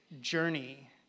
journey